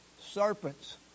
serpents